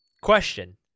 Question